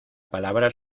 palabra